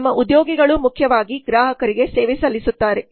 ನಮ್ಮ ಉದ್ಯೋಗಿಗಳು ಮುಖ್ಯವಾಗಿ ಗ್ರಾಹಕರಿಗೆ ಸೇವೆ ಸಲ್ಲಿಸುತ್ತಾರೆ